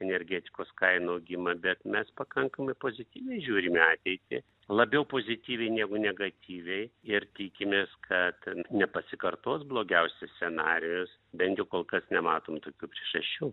energetikos kainų augimą bet mes pakankamai pozityviai žiūrim į ateitį labiau pozityviai negu negatyviai ir tikimės kad nepasikartos blogiausias scenarijus bent jau kol kas nematom tokių priežasčių